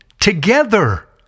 together